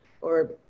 or-